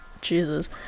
Jesus